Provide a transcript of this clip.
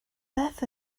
beth